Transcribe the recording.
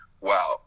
wow